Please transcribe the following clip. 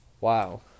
Wow